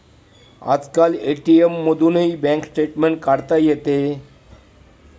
आजकाल ए.टी.एम मधूनही bank statement काढता येते